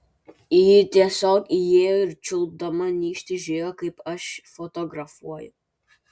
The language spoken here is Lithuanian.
ji tiesiog įėjo ir čiulpdama nykštį žiūrėjo kaip aš fotografuoju